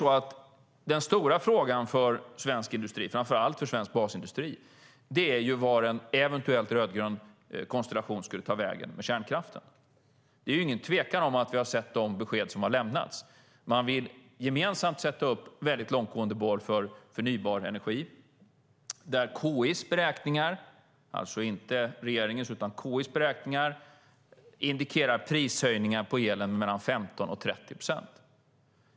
Den stora frågan för svensk industri, framför allt för svensk basindustri, är vart en eventuell rödgrön konstellation skulle ta vägen med kärnkraften. Det råder inget tvivel för den som har sett de besked som har lämnats: Man vill gemensamt sätta upp väldigt långtgående mål för förnybar energi. KI:s beräkningar - alltså inte regeringens beräkningar utan KI:s - indikerar prishöjningar på elen med mellan 15 och 30 procent.